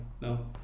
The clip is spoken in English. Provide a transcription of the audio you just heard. no